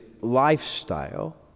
lifestyle